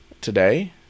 today